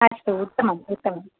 अस्तु उत्तमम् उत्तमम्